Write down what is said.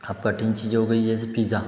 अब कठिन चीज़ हो गई जैसे पीज़ा